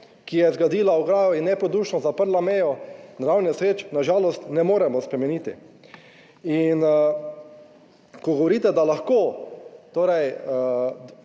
ki je zgradila ograjo in neprodušno zaprla mejo naravnih nesreč, na žalost ne moremo spremeniti. In ko govorite, da lahko torej